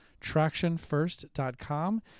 tractionfirst.com